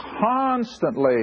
constantly